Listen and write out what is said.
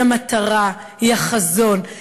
היא החזון,